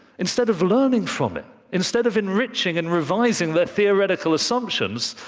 instead of learning from it, instead of enriching and revising their theoretical assumptions,